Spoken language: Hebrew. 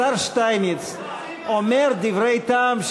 השר שטייניץ אומר דברי טעם,